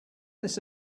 this